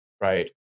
Right